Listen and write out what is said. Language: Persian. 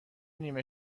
نیمه